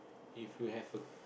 if you have